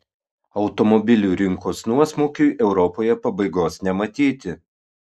automobilių rinkos nuosmukiui europoje pabaigos nematyti